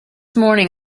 morning